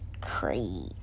crazy